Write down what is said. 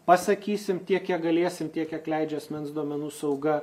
pasakysim tiek kiek galėsim tiek kiek leidžia asmens duomenų sauga